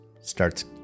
starts